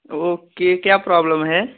okay क्या problem है